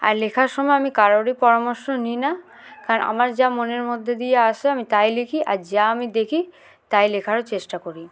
আর লেখার সময় আমি কারোরই পরামর্শ নিই না কারণ আমার যা মনের মধ্যে দিয়ে আসে আমি তাই লিখি আর যা আমি দেখি তাই লেখারও চেষ্টা করি